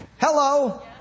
Hello